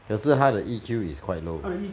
可是他的 E_Q is quite low